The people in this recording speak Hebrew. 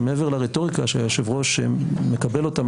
שמעבר לרטוריקה שהיושב-ראש מקבל אותה,